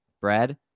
Brad